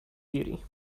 beauty